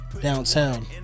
downtown